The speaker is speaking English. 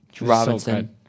Robinson